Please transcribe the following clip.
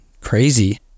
crazy